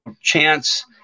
chance